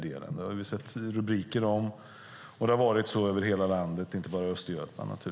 Det har vi sett rubriker om. Det har varit så över hela landet och inte bara i Östergötland.